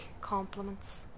compliments